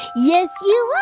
yes, you are.